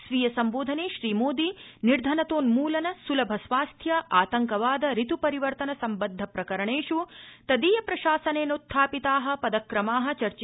स्वीय सम्बोधने श्रीमोदी निर्धनतोन्मुलन सुलभ स्वास्थ्य आतंकवाद ऋत् परिवर्तन सम्बद्ध प्रकरणेष् तदीयप्रशासनेनोत्थापिता पदक्रमा चर्चिष्यन्ते